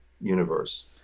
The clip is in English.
universe